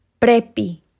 prepi